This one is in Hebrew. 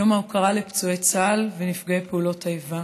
יום ההוקרה לפצועי צה"ל ולנפגעי פעולות האיבה.